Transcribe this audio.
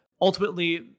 ultimately